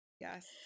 Yes